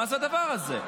מה זה הדבר הזה?